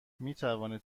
میتوانید